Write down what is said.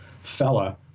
fella